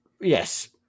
Yes